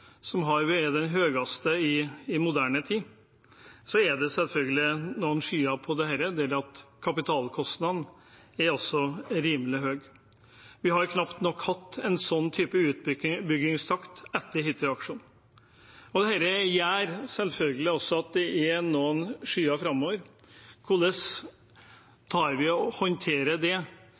i moderne tid, er det selvfølgelig noen skyer over dette, og det er at kapitalkostnaden er rimelig høy. Vi har knapt nok hatt en sånn utbyggingstakt etter Hitraaksjonen. Dette gjør selvfølgelig også at det er noen skyer framover. Hvordan håndterer vi